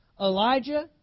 Elijah